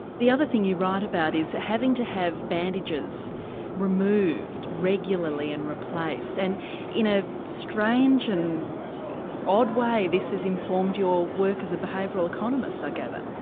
the other think you write about is having to have bandages removed regularly and replaced and in a strange and odd way this has informed your work as a behavioural economist, i gather.